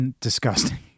disgusting